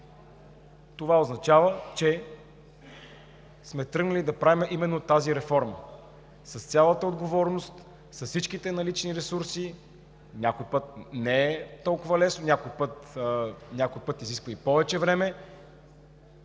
Това означава, че сме тръгнали да правим именно тази реформа с цялата отговорност, с всичките налични ресурси – някой път не е толкова лесно, някой път изисква повече време